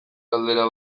galdera